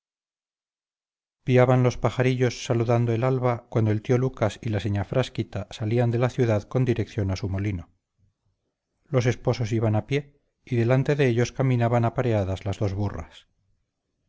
acomodo piaban los pajarillos saludando el alba cuando el tío lucas y la señá frasquita salían de la ciudad con dirección a su molino los esposos iban a pie y delante de ellos caminaban apareadas las dos burras